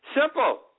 Simple